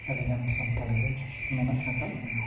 ᱟᱹᱰᱤᱜᱟᱱ ᱥᱟᱱᱛᱟᱲ ᱜᱮ ᱢᱮᱱᱟᱜ ᱟᱠᱟᱫ ᱵᱚᱱᱟ